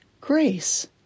grace